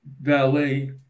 valet